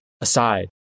aside